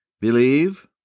believe